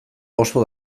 oso